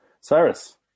Cyrus